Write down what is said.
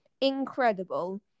incredible